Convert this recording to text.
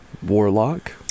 warlock